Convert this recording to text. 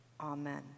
Amen